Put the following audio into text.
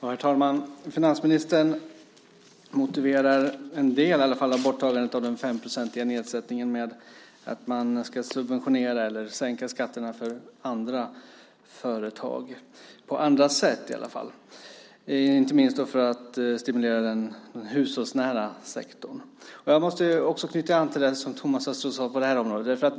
Herr talman! Finansministern motiverar i alla fall en del av borttagandet av den 5-procentiga nedsättningen med att man ska sänka skatterna för andra företag, på andra sätt i alla fall, inte minst för att stimulera den hushållsnära sektorn. Jag måste knyta an till det som Thomas Östros sade på detta område.